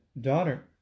daughter